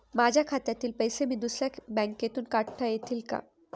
माझ्या खात्यातील पैसे मी दुसऱ्या बँकेतून काढता येतील का?